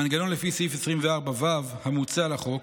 המנגנון לפי סעיף 24ו המוצע לחוק